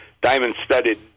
diamond-studded